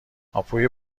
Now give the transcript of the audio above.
هاپوی